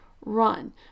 run